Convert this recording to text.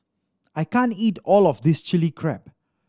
I can't eat all of this Chili Crab